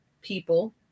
people